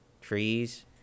trees